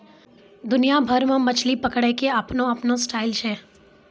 दुनिया भर मॅ मछली पकड़ै के आपनो आपनो स्टाइल छै